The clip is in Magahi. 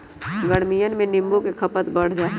गर्मियन में नींबू के खपत बढ़ जाहई